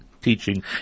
teaching